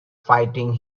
fighting